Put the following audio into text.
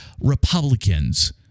Republicans